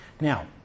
Now